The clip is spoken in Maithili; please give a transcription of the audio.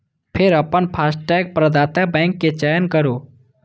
फेर अपन फास्टैग प्रदाता बैंक के चयन करू